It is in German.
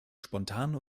spontan